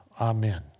Amen